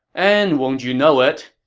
and won't you know it.